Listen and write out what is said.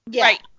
Right